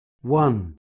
One